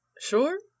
Sure